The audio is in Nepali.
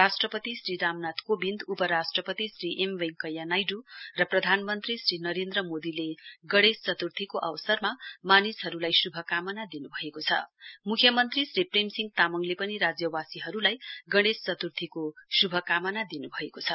राष्ट्रपति श्री रामनाथ कोविन्द उपराष्ट्रपति श्री एवं वेंकैया नाइडू र प्रधानमन्त्री श्री नरेन्द्र मोदीलाई गणेश चतुर्थीको अवसरमा मानिसहरूलाई श्भकामना जदिन्भएको छ छ मुख्यमन्त्री श्री प्रेमसिंह तामाङले पनि राज्यवासीहरूलाई गणेश चत्र्थीको श्भकामना दिन्भएको छ